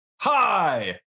Hi